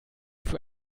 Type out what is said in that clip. für